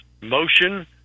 motion